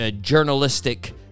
journalistic